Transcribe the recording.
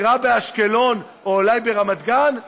דירה באשקלון או אולי ברמת גן?